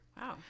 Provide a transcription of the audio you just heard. wow